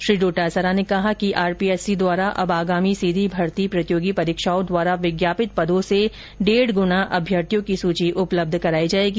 श्री डोटासरा ने कहा कि आरपीएससी द्वारा अब आगामी सीधी भर्ती प्रतियोगी परीक्षाओं द्वारा विज्ञापित पदों से डेढ़ गुणा अभ्यर्थियों की सूची उपलब्ध करायी जायेगी